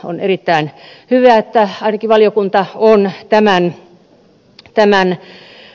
on erittäin hyvä että ainakin valiokunta on tämän todennut